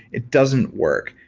it doesn't work.